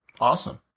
Awesome